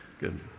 Good